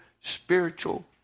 spiritual